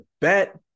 bet